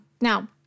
Now